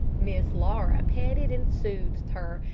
miss laura petted and soothed her,